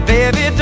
Baby